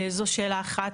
זו שאלה אחת.